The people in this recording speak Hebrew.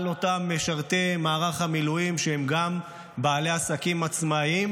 אותם משרתי מערך המילואים שהם גם בעלי עסקים עצמאים,